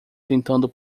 tentando